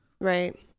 Right